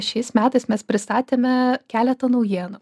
šiais metais mes pristatėme keletą naujienų